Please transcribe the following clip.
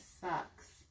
sucks